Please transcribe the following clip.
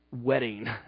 wedding